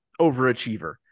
overachiever